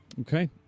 Okay